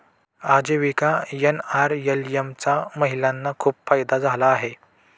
आजीविका एन.आर.एल.एम चा महिलांना खूप फायदा झाला आहे